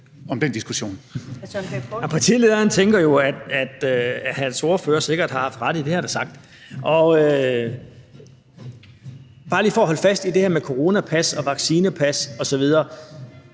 Poulsen (KF): Partilederen tænker jo, at hans ordfører sikkert har haft ret i det, han har sagt. Bare lige for at holde fast i det her med coronapas og vaccinepas osv.